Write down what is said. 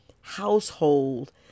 household